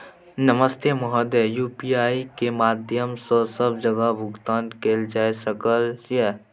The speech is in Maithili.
नमस्ते महोदय, यु.पी.आई के माध्यम सं सब जगह भुगतान कैल जाए सकल ये?